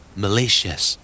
malicious